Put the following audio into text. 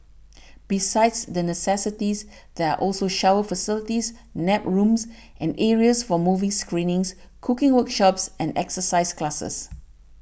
besides the necessities there are also shower facilities nap rooms and areas for movie screenings cooking workshops and exercise classes